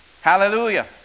Hallelujah